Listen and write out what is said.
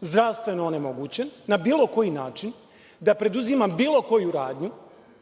zdravstveno onemogućen, na bilo koji način, da preduzimam bilo koju radnju,